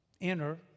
enter